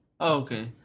okay